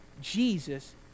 Jesus